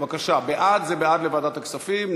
בעד זה בעד ועדת הכספים,